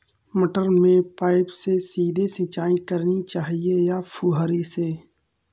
मटर में पाइप से सीधे सिंचाई करनी चाहिए या फुहरी से?